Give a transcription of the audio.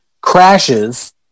crashes